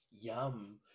Yum